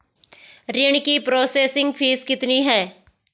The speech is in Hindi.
ऋण की प्रोसेसिंग फीस कितनी है?